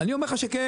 אני אומר לך שכן.